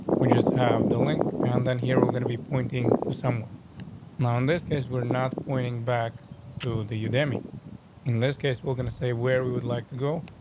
we just have the link and then here, we're going to be pointing to somewhere now, in this case, we're not pointing back to the u demi in this case, we're gonna say where we would like to go.